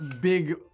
big